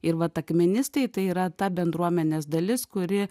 ir vat akmenistai tai yra ta bendruomenės dalis kuri